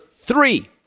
three